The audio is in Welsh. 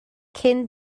cyn